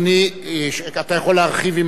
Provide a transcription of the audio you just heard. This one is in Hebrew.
אתה יכול להרחיב אם אתה רוצה.